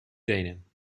tenen